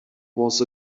was